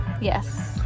Yes